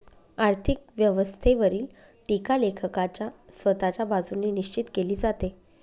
आर्थिक व्यवस्थेवरील टीका लेखकाच्या स्वतःच्या बाजूने निश्चित केली जाते